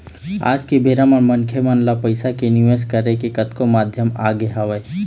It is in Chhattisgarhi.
आज के बेरा म मनखे मन ल पइसा के निवेश करे के कतको माध्यम आगे हवय